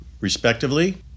respectively